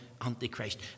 Antichrist